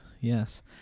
Yes